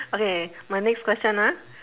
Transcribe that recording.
okay my next question ah